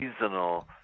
seasonal